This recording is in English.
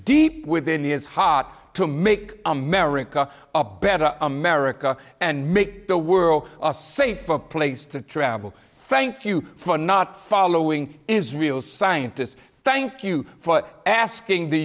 deep within years hard to make america a better america and make the world a safer place to travel thank you for not following israel scientists thank you for asking the